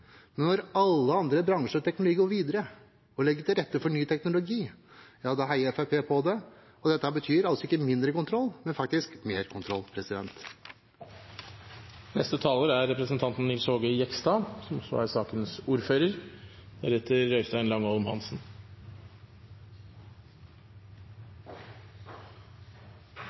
men når alle andre bransjer går videre og legger til rette for ny teknologi, heier Fremskrittspartiet på det. Dette betyr altså ikke mindre kontroll, men faktisk mer kontroll.